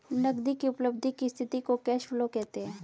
नगदी की उपलब्धि की स्थिति को कैश फ्लो कहते हैं